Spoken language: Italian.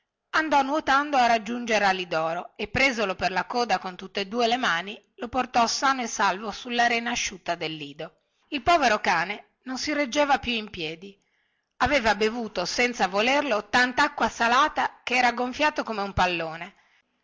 andò nuotando a raggiungere alidoro e presolo per la coda con tutte e due le mani lo portò sano e salvo sulla rena asciutta del lido il povero cane non si reggeva più in piedi aveva bevuto senza volerlo tantacqua salata che era gonfiato come un pallone